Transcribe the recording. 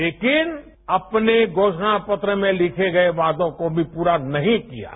लेकिन अपने घोषणा पत्र में लिखे गये वादों को भी पूरा नहीं किया है